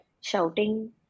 shouting